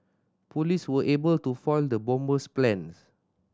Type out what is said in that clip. police were able to foil the bomber's plans